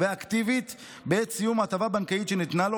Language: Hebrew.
ואקטיבית בעת סיום הטבה בנקאית שניתנה לו,